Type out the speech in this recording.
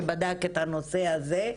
שבדק את הנושא הזה,